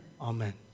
Amen